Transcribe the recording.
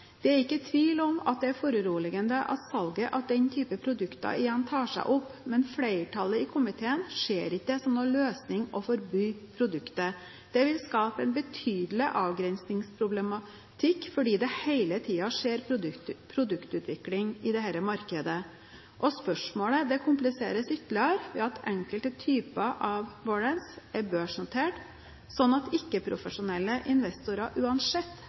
Det er ikke tvil om at det er foruroligende at salget av denne type produkter igjen tar seg opp, men flertallet i komiteen ser det ikke som noen løsning å forby produktet. Det vil skape en betydelig avgrensningsproblematikk fordi det hele tiden skjer produktutvikling i dette markedet, og spørsmålet kompliseres ytterligere ved at enkelte typer av warrants er børsnotert, slik at ikke-profesjonelle investorer uansett